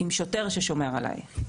טוב,